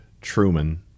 Truman